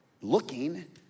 looking